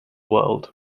world